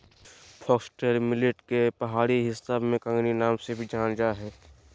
foxtail millet के पहाड़ी हिस्सा में कंगनी नाम से भी जानल जा हइ